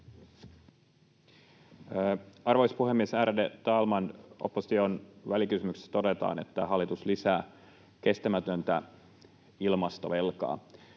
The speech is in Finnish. Arvoisa puhemies, ärade talman! Opposition välikysymyksessä todetaan, että hallitus lisää kestämätöntä ilmastovelkaa.